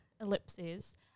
ellipses